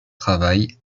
travail